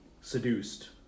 seduced